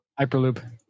Hyperloop